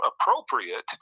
appropriate